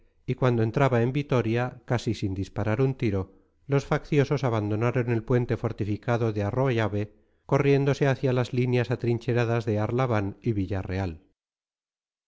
y cuando entraba en vitoria casi sin disparar un tiro los facciosos abandonaron el puente fortificado de arroyabe corriéndose hacia las líneas atrincheradas de arlabán y villarreal